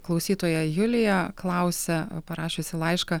klausytoja julija klausia parašiusi laišką